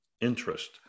interest